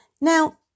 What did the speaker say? Now